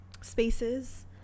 spaces